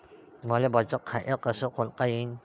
मले बचत खाते कसं खोलता येईन?